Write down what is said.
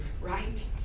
right